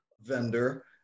vendor